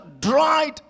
dried